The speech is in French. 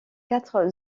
quatre